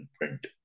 print